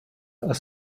are